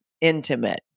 intimate